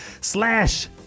Slash